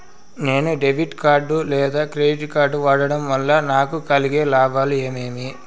నేను debit card లేదా credit card వాడడం వల్ల నాకు కలిగే లాభాలు ఏమేమీ?